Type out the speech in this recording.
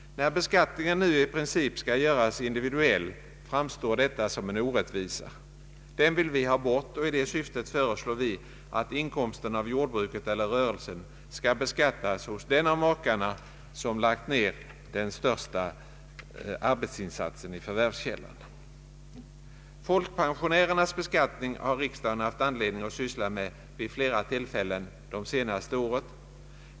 När beskattningen nu i princip skall göras individuell framstår detta som en orättvisa. Den vill vi ha bort, och i det syftet föreslår vi att inkomsten av jordbruket eller rörelsen skall beskattas hos den av makarna som lagt ned den största arbetsinsatsen i förvärvskällan. Folkpensionärernas beskattning har riksdagen haft anledning att syssla med vid flera tillfällen de senaste åren.